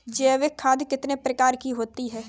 जैविक खाद कितने प्रकार की होती हैं?